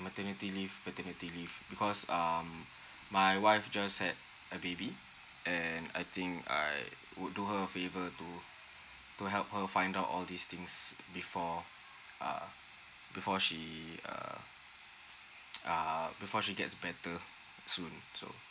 maternity leave paternity leave because um my wife just had a baby and I think I would do her a favour to to help her find out all these things before uh before she err uh before she gets better soon so